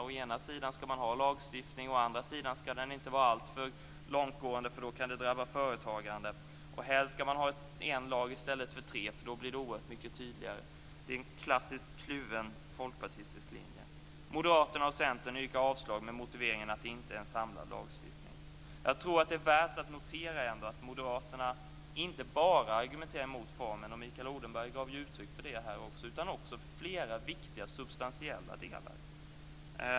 Å ena sidan skall man ha lagstiftning och å andra sidan skall den inte vara alltför långtgående, eftersom det då kan drabba företagandet. Helst skall man ha en lag i stället för tre, eftersom det blir oerhört mycket tydligare då. Det är en klassiskt kluven folkpartistisk linje. Moderaterna och Centern yrkar avslag med motiveringen att det inte är en samlad lagstiftning. Jag tror att det ändå är värt att notera att Moderaterna inte bara argumenterar mot formen - och Mikael Odenberg gav ju uttryck för det här också - utan också mot flera viktiga substantiella delar.